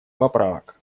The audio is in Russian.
поправок